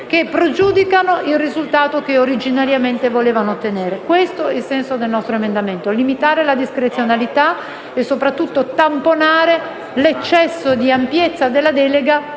che pregiudicano il risultato che originariamente volevano ottenere. Questo è il senso del nostro emendamento: limitare la discrezionalità e soprattutto tamponare l'eccesso di ampiezza della delega,